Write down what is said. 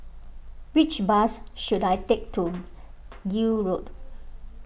which bus should I take to Gul Road